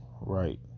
right